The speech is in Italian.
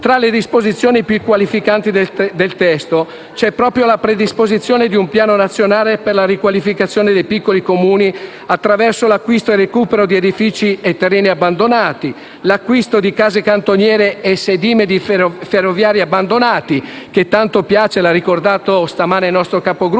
Tra le disposizioni più qualificanti del testo, c'è proprio la predisposizione di un piano nazionale per la riqualificazione dei piccoli Comuni attraverso l'acquisto e il recupero di edifici e terreni abbandonati; l'acquisto di case cantoniere e sedime ferroviario abbandonato - tanto piace al ministro Franceschini e lo ha ricordato stamane il nostro Capogruppo